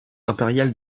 impériale